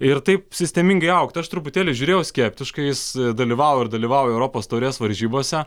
ir taip sistemingai augti aš truputėlį žiūrėjau skeptiškai jis dalyvavo ir dalyvavo europos taurės varžybose